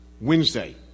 Wednesday